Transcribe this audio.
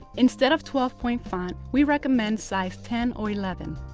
instead of twelve point font, we recommend size ten or eleven.